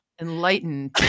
enlightened